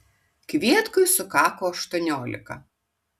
kvietkui sukako aštuoniolika